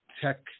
tech